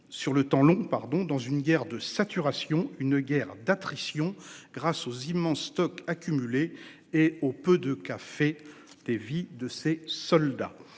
Sur le temps long, pardon dans une guerre de saturation. Une guerre d'attrition grâce aux immenses stocks accumulés et au peu de cas fait des vies de ses soldats,